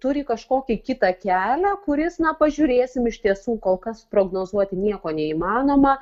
turi kažkokį kitą kelią kuris na pažiūrėsim iš tiesų kol kas prognozuoti nieko neįmanoma